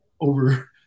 over